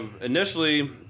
Initially